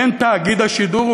אין תאגיד השידור,